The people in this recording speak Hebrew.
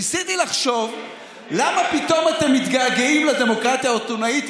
ניסיתי לחשוב למה פתאום אתם מתגעגעים לדמוקרטיה האתונאית,